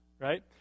right